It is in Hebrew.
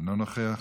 אינו נוכח.